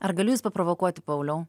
ar galiu jus paprovokuoti pauliau